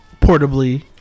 portably